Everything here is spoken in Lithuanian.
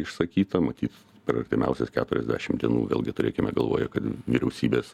išsakyta matyt per artimiausias keturiasdešim dienų vėlgi turėkime galvoje kad vyriausybės